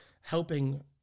helping